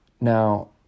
Now